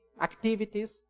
activities